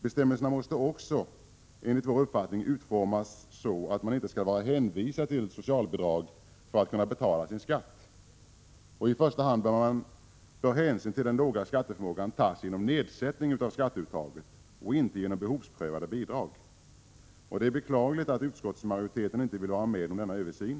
Bestämmelserna måste också, enligt vår uppfattning, utformas så att man inte skall vara hänvisad till socialbidrag för att kunna betala sin skatt. I första hand bör hänsyn till den låga skatteförmågan tas genom nedsättning av skatteuttaget och inte genom behovsprövade bidrag. Det är beklagligt att utskottsmajoriteten inte vill vara med om denna översyn.